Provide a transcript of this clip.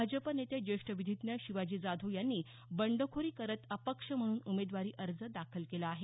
भाजप नेते ज्येष्ठ विधीज्ञ शिवाजी जाधव यांनी बंडखोरी करत अपक्ष म्हणून उमेदवारी अर्ज दाखल केला आहे